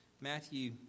Matthew